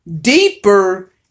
deeper